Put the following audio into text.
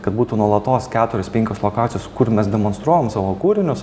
kad būtų nuolatos keturios penkios lokacijos kur mes demonstruojam savo kūrinius